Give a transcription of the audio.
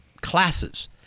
classes